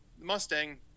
Mustang